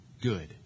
Good